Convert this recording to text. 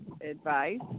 advice